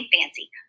fancy